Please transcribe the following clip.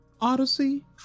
Odyssey